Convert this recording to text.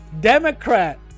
Democrat